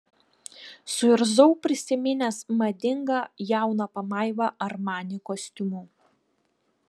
suirzau prisiminęs madingą jauną pamaivą armani kostiumu